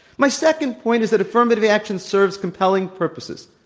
my second point is that affirmative action serves compelling purposes,